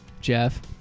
Jeff